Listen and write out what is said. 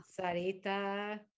Sarita